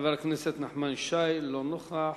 חבר הכנסת נחמן שי, לא נוכח.